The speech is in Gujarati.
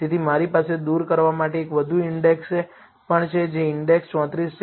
તેથી મારી પાસે દૂર કરવા માટે એક વધુ ઈન્ડેક્સ પણ છે જે ઈન્ડેક્સ 34 છે